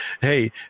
hey